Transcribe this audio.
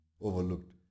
overlooked